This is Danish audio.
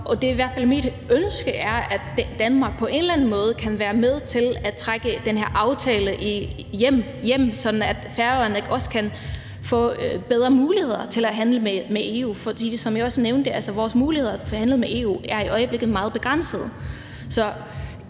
EU's rammer, og mit ønske er, at Danmark på en eller anden måde kan være med til at trække den her aftale hjem, sådan at Færøerne også kan få bedre muligheder for at handle med EU. For som jeg også nævnte, er vores muligheder for at handle med EU i øjeblikket meget begrænsede.